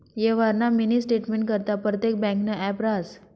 यवहारना मिनी स्टेटमेंटकरता परतेक ब्यांकनं ॲप रहास